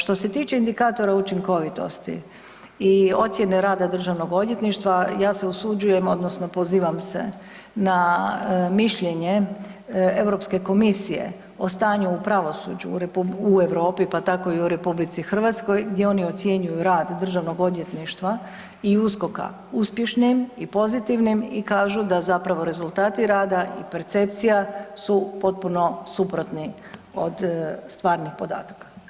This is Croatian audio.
Što se tiče indikatora učinkovitosti i ocjene rada Državnog odvjetništva, ja se usuđujem odnosno pozivam se na mišljenje Europske komisije o stanju u pravosuđu u Europi pa tako i u RH gdje oni ocjenjuju rad Državnog odvjetništva i USKOK uspješnim i pozitivnim i kažu da zapravo rezultati rada i percepcija su potpuno suprotni od stvarnih podataka.